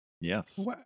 Yes